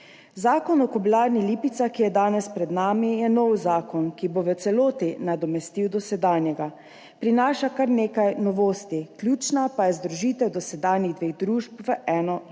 Zakon o Kobilarni Lipica, ki je danes pred nami, je nov zakon, ki bo v celoti nadomestil dosedanjega. Prinaša kar nekaj novosti, ključna pa je združitev dosedanjih dveh družb v eno družbo,